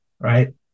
Right